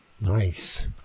nice